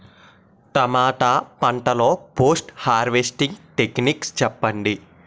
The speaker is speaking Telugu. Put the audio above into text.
టమాటా పంట లొ పోస్ట్ హార్వెస్టింగ్ టెక్నిక్స్ చెప్పండి?